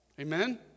Amen